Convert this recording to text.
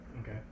Okay